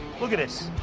look at this.